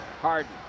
Harden